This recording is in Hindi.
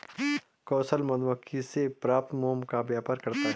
कौशल मधुमक्खी से प्राप्त मोम का व्यापार करता है